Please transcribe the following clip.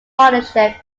partnership